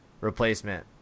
replacement